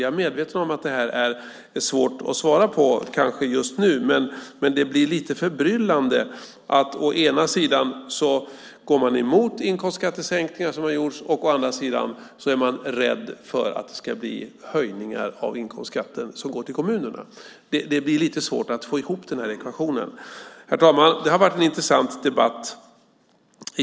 Jag är medveten om att det kanske är svårt att svara på det här just nu, men det är lite förbryllande att man å ena sidan går emot inkomstskattesänkningar som har gjorts och å andra sidan är rädd för att det ska bli höjningar av inkomstskatten som går till kommunerna. Det är lite svårt att få ihop den ekvationen. Herr talman! Det har varit en intressant debatt.